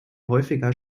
häufiger